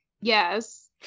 Yes